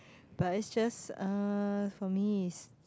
but it's just uh for me is